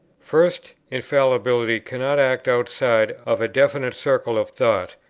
first, infallibility cannot act outside of a definite circle of thought,